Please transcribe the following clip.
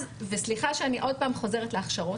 סליחה שאני חוזרת שוב להכשרות.